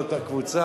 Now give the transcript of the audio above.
זה לא אותה קבוצה.